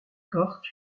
cork